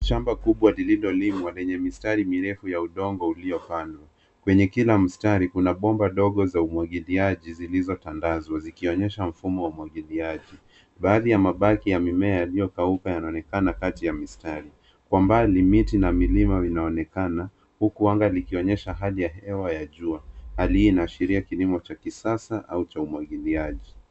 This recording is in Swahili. Shamba kubwa lililolimwa lenye mistari mirefu ya udongo uliopandwa. Kwenye kila mstari kuna bomba dogo za umwangiliaji zilizotandazwa zikionyesha mfumo wa umwangiliaji. Baadhi ya mabaki ya mimea iliyokauka yanaonekana kati ya mistari Kwa mbali miti na milima vinaonekana huku anga ikionyesha hali ya hewa ya jua. Hali hii inaashiria kilimo cha kisasa au cha umwangiliaji.